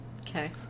Okay